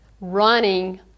running